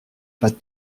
pas